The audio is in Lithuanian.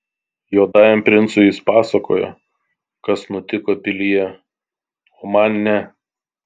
juodajam princui jis pasakojo kas nutiko pilyje o man ne